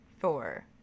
four